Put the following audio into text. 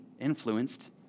influenced